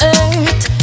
earth